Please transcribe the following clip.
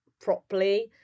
properly